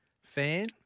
fan